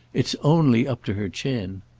it's only up to her chin.